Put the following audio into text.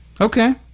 Okay